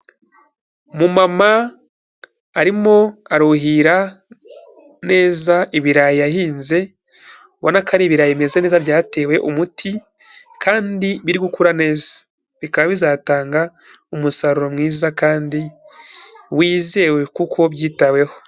Umumama arimo aruhira neza ibirayi yahinze, ubpna ko ari ibirayi bimeze neza byatewe umuti kandi biri gukura neza, bikaba bizatanga umusaruro mwiza kandi wizewe kuko byitaweho.